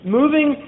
moving